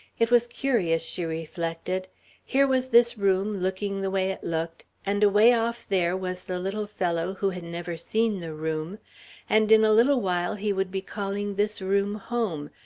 it was curious, she reflected here was this room looking the way it looked, and away off there was the little fellow who had never seen the room and in a little while he would be calling this room home,